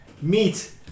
Meet